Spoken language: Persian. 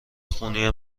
خونی